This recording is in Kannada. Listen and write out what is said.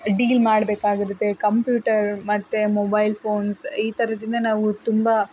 ಡೀಲ್ ಮಾಡಬೇಕಾಗಿರುತ್ತೆ ಕಂಪ್ಯೂಟರ್ ಮತ್ತು ಮೊಬೈಲ್ ಫೋನ್ಸ್ ಈ ಥರದ್ರಿಂದ ನಾವು ತುಂಬ